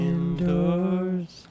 Indoors